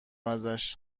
ازش